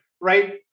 right